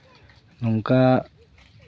ᱱᱚᱝᱠᱟ